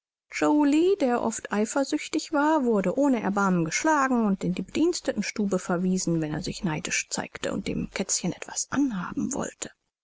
der oft eifersüchtig war wurde ohne erbarmen geschlagen und in die bedientenstube verwiesen wenn er sich neidisch zeigte und dem kätzchen etwas anhaben wollte